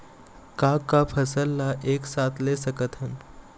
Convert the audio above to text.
का का फसल ला एक साथ ले सकत हन?